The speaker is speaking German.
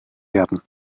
werden